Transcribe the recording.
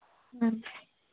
ꯎꯝ